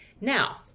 Now